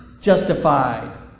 justified